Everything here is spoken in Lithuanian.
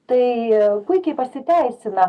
tai puikiai pasiteisina